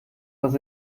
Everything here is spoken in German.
dass